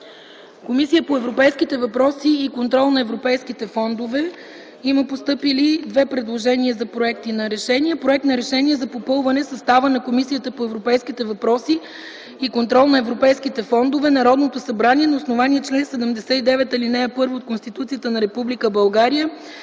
Комисия по европейските въпроси и контрол на европейските фондове. Има постъпили две предложения за проекти на решения. Проект за: „РЕШЕНИЕ за попълване състава на Комисията по европейските въпроси и контрол на европейските фондове: Народното събрание, на основание чл. 79, ал. 1 от Конституцията на